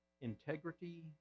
integrity